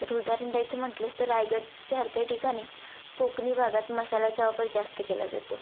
तर उदाहरण द्यायचं म्हटलंच तर रायगडच्या सारख्या ठिकाणी कोकणी भागात मसाल्याचा वापर जास्त केला जातो